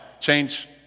change